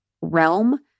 realm